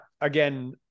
again